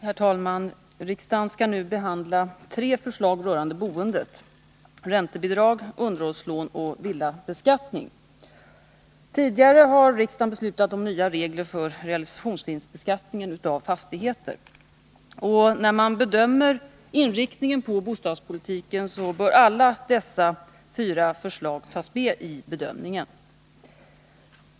Herr talman! Riksdagen skall nu behandla tre förslag rörande boendet — räntebidrag, underhållslån och villabeskattning. Tidigare har riksdagen beslutat om nya regler för realisationsvinstbeskattning av fastigheter. När man bedömer inriktningen på bostadspolitiken bör alla dessa fyra förslag tas med.